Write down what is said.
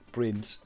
Prince